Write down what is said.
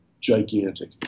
gigantic